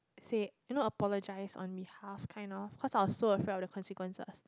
said you know apologize on behalf kind of because I was so afraid of the consequences